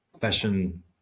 fashion